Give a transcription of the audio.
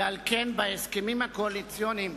ועל כן בהסכמים הקואליציוניים